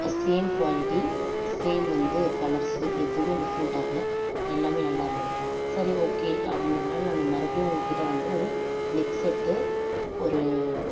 same quality same வந்து colours எதுவும் different ஆகலை எல்லாம் நல்லா இருந்தது சரி ஓகே அப்படின்றதுனால நான் மறுபடியும் உங்கள் கிட்டே வந்து ஒரு நெக் செட்டு ஒரு